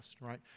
right